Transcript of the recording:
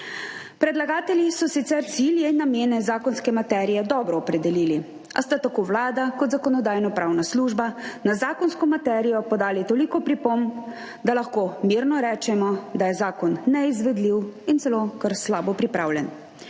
Predlagatelji so sicer cilje in namene zakonske materije dobro opredelili, a sta tako Vlada kot Zakonodajno-pravna služba na zakonsko materijo podali toliko pripomb, da lahko mirno rečemo, da je zakon neizvedljiv in celo kar slabo pripravljen.